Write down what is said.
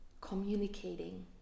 communicating